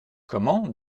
comment